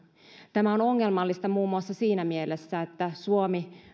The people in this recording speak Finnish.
tämä on ongelmallista muun muassa siinä mielessä että suomi